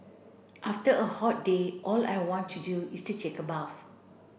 after a hot day all I want to do is to take a bath